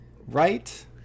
Right